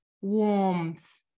warmth